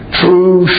true